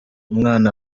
umwana